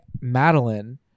madeline